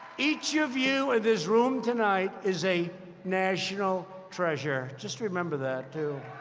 each of you in this room tonight is a national treasure. just remember that too.